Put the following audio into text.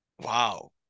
wow